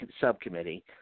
subcommittee